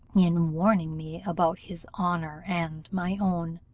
in warning me about his honour and my own,